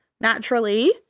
Naturally